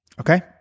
Okay